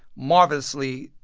marvelously,